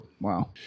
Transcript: Wow